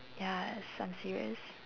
ya s~ I'm serious